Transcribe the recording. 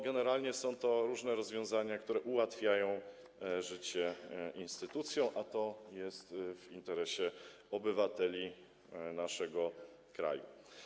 Generalnie chodzi o różne rozwiązania, które ułatwiają życie instytucjom, a to jest w interesie obywateli naszego kraju.